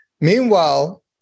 Meanwhile